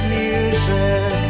music